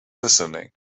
listening